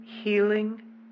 healing